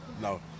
No